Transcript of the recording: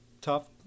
tough